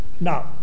Now